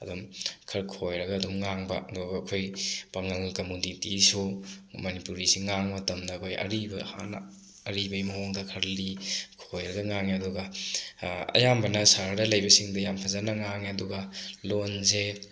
ꯑꯗꯨꯝ ꯈꯔ ꯈꯣꯏꯔꯒ ꯑꯗꯨꯝ ꯉꯥꯡꯕ ꯑꯗꯨꯒ ꯑꯩꯈꯣꯏ ꯄꯥꯡꯒꯜ ꯀꯝꯃꯨꯅꯤꯇꯤꯁꯨ ꯃꯅꯤꯄꯨꯔꯤꯁꯦ ꯉꯥꯡꯕ ꯃꯇꯝꯗ ꯑꯩꯈꯣꯏ ꯑꯔꯤꯕ ꯍꯥꯟꯅ ꯑꯔꯤꯕꯩ ꯃꯑꯣꯡꯗ ꯈꯔ ꯂꯤ ꯈꯣꯏꯔꯒ ꯉꯥꯡꯉꯤ ꯑꯗꯨꯒ ꯑꯌꯥꯝꯕꯅ ꯁꯍꯔꯗ ꯂꯩꯕꯁꯤꯡꯗꯤ ꯌꯥꯝ ꯐꯖꯅ ꯉꯥꯡꯉꯦ ꯑꯗꯨꯒ ꯂꯣꯟꯁꯦ